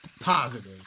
positive